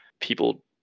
people